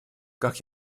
как